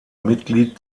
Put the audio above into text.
mitglied